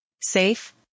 Safe